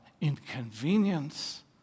inconvenience